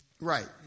Right